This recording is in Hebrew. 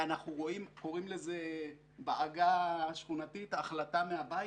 ואנחנו קוראים לזה בעגה השכונתית: החלטה מהבית.